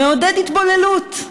מעודד התבוללות.